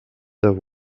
there